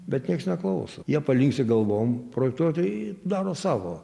bet nieks neklauso jie palinksi galvom projektuotojai daro savo